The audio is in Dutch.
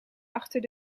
achter